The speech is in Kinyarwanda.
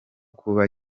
kuba